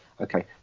okay